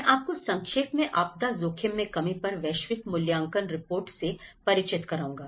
मैं आपको संक्षेप में आपदा जोखिम में कमी पर वैश्विक मूल्यांकन रिपोर्ट से परिचित कराऊंगा